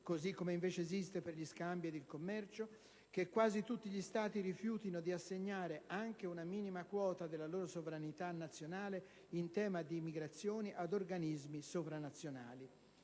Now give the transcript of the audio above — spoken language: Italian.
potente Organizzazione mondiale del commercio), che quasi tutti gli Stati rifiutino di assegnare anche una minima quota della loro sovranità nazionale in tema di migrazioni ad organismi sopranazionali.